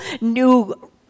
new